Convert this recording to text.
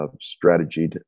strategy